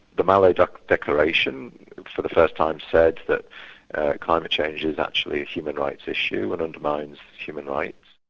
the mali declaration for the first time said that climate change is actually a human rights issue, and undermines human rights.